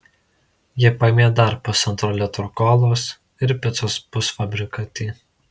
jie paėmė dar pusantro litro kolos ir picos pusfabrikatį